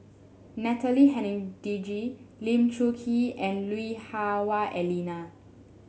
Natalie Hennedige Lee Choon Kee and Lui Hah Wah Elena